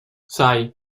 sai